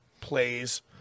plays